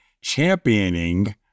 championing